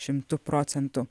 šimtu procentų